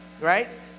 Right